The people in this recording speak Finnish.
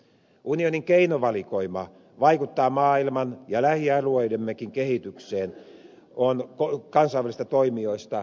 unionin keinovalikoima jolla vaikutetaan maailman ja lähialueidemmekin kehitykseen on kansainvälisistä toimijoista laajin